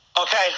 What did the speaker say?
Okay